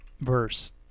verse